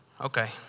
Okay